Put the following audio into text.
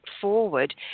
forward